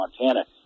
Montana